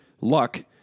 luck